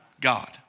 God